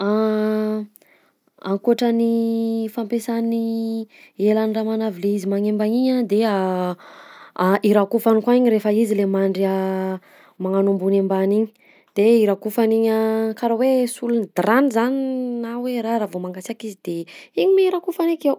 Ankoatran'ny fampiasan'ny helan'ny ramanavy le izy magnembana igny a de hirakofany koa igny rehefa izy le mandry magnano ambony ambany igny, de hirakofany igny a karaha hoe solon'ny drap-ny zany na hoe raha, raha vao mangasiaka izy de igny mi rakofany akeo.